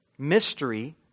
Mystery